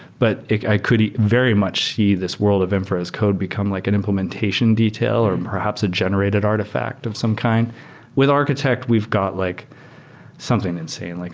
but i could very much see this world of inferred as code become like an implementation detail, or perhaps a generated artifact of some kind with architect, we've got like something insane. like